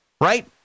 right